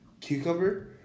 cucumber